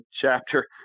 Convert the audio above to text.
chapter